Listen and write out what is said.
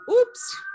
oops